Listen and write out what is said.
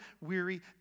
weary